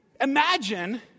imagine